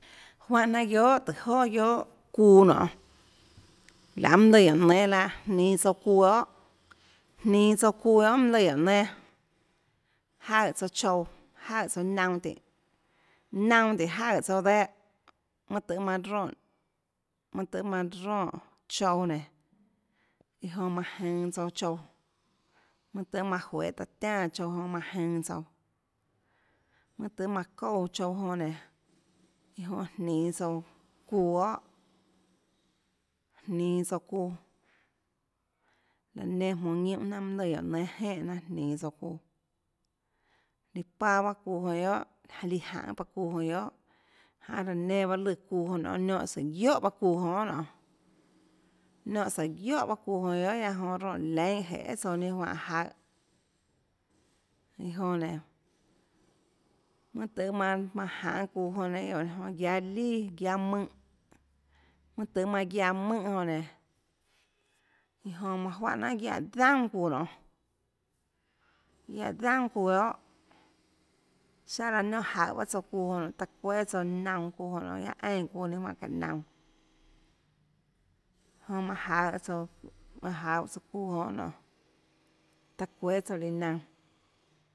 Juánhã jnanà guiohà tùhå joà guioàçuuã nonê laê mønâ lùã guióhå nénâ lahâ jninå tsouã çuuã guiohàjninå tsouã çuuã guiohà mønâ lùã guióhå nénâ jaøè tsouã chouãjaøè tsouã naunãtínå naunã tínhå jaøè tsouã dehâ mønã tøhê manã ronè mønã tøhê manã ronè chouã nénå ã jonã manã jønå tsouã chouãmønâ tøhê manã juehå taã tiánã chouã jonã jonã manã jønå tsouãmanâ tøhê aã çoúã chouã jonã nénå iã jonã jninå tsouã çuuãguiohàjninå tsouã çuuãlaã enã jmonå ñiúnhå jnanà mønâ lùã guióå nénâ jenè jnanà jninå tsouã çuuã íã paâ bahâ çuuã jonã guiohàlíã jaønê paâ çuuã jonã guiohà janê laã nenã bahâ lùã çuuã jonã nionê niónhã sùå guióhàbahâ çuuã jonã guiohà nionê niónhã sùå guióhà guiaâ jonã ronè leinhâ jeê guiohà tsouã ninâ juáhãjaøhå iã jonã nénå mønã tøhê manã manã jaønê çuuã jonã nénå jonã guiáâ lià guiáâ mùnhã mønâ tøhê anã guiaã mùnhã jonã nénå iã jonã manã juáhà jnanhà guiaè daunàçuuã nionê guiaè daunàçuuã guiohàsiáhã láhã niónhã jaùhå bahâ tsouã çuuã jonã nionê taã çuéâ tsouã líã naunãjonã nionê guiaâ eínã çuuã ninâ juáhã çáhå naunãjonã manã jaøhå tsouã manã jaøhå tsouãjonã guiohà nionê taã çuéâ tsouã líã naunã